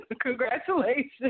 Congratulations